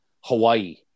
Hawaii